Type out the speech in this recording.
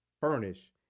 furnish